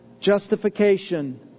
Justification